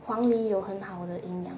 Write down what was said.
黄梨有很好的营养